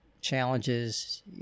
challenges